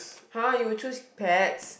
!huh! you would choose pets